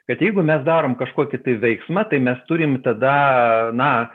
kad jeigu mes darom kažkokį tai veiksmą tai mes turim tada na